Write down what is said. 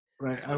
Right